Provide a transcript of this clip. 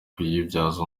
kuyibyaza